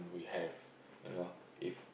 you have I don't know